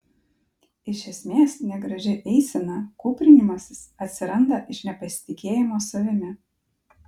iš esmės negraži eisena kūprinimasis atsiranda iš nepasitikėjimo savimi